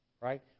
right